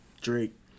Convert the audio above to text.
Drake